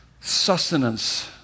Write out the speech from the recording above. Sustenance